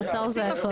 חייב להיות.